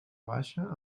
baixa